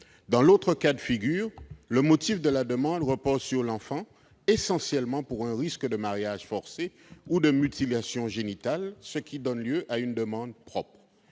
parent protégé ; soit le motif de la demande repose sur l'enfant, essentiellement pour un risque de mariage forcé ou de mutilation génitale, ce qui donne lieu à une demande propre.